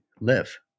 live